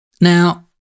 Now